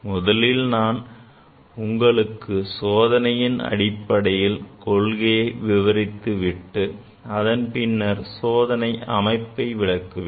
முதலில் நான் உங்களுக்கு சோதனையின் அடிப்படை கொள்கையை விவரித்து விட்டு பின் அதன் சோதனை அமைப்பை விளக்குவேன்